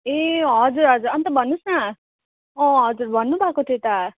ए हजुर हजुर अन्त भन्नुहोस् न अँ हजुर भन्नुभएको थियो त